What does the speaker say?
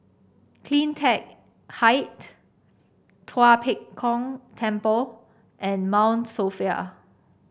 CleanTech Height Tua Pek Kong Temple and Mount Sophia